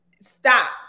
stop